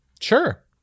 Sure